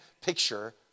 picture